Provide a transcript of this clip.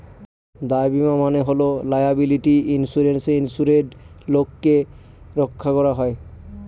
দায় বীমা মানে হল লায়াবিলিটি ইন্সুরেন্সে ইন্সুরেড লোককে রক্ষা করা